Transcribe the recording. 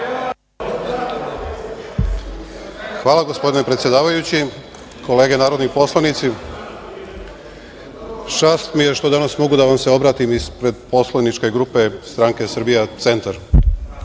Hvala, gospodine predsedavajući. Kolege narodni poslanici, čast mi je što danas mogu da vam se obratim ispred poslaničke grupe stranke Srbija centar. Na